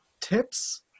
tips